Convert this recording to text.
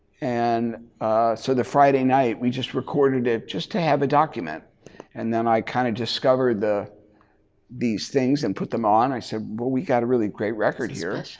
and so the friday night we just recorded it just to have a document and then i kind of discovered these things and put them on i said well we got a really great record here.